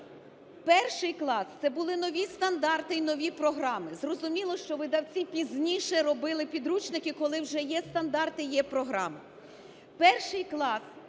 1 клас, це були нові стандарти і нові програми. Зрозуміло, що видавці пізніше робили підручники, коли вже є стандарти, є програма.